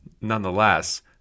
Nonetheless